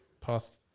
path